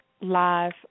live